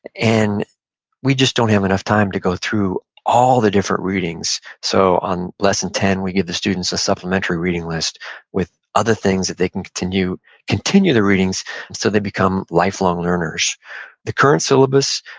and we just don't have enough time to go through all of the different readings. so on lesson ten we give the students a supplementary reading list with other things that they can continue continue the readings so they become lifelong learners the current syllabus,